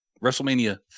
WrestleMania